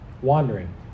Wandering